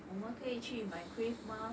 我们可以去买 my crave mah